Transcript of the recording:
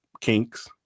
kinks